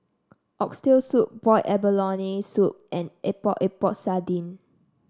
Oxtail Soup Boiled Abalone Soup and Epok Epok Sardin